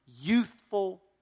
youthful